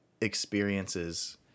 experiences